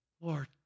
Lord